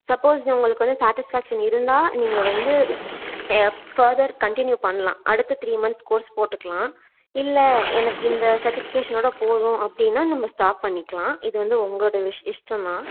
suppose உங்களுக்கு வந்து satisfaction இருந்தா நீங்கள் வந்து தே ஃபர்தர் கன்டினியூ பண்லாம் அடுத்து த்ரீ மந்த்ஸ் கோர்ஸ் போட்டுக்கலாம் இல்லை எனக்கு இந்த செர்டிஃபிகேஷனோட போதும் அப்படினா நம்ம ஸ்டாப் பண்ணிக்கலாம் இது வந்து உங்களோட இ இஷ்டம் தான்